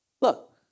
Look